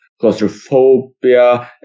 claustrophobia